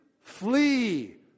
Flee